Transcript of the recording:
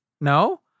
No